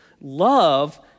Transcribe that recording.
Love